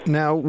now